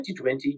2020